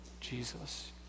Jesus